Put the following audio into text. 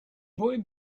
boy